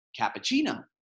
cappuccino